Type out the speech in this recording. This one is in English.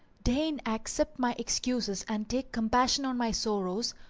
deign accept my excuses and take compassion on my sorrows,